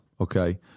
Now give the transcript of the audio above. okay